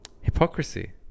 hypocrisy